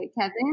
Kevin